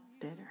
bitter